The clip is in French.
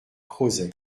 crozet